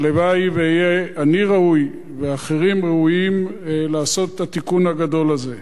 והלוואי שאהיה אני ראוי ואחרים ראויים לעשות את התיקון הגדול הזה.